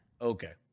Okay